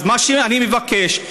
אז מה שאני מבקש,